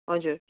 हजुर